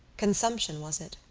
consumption, was it?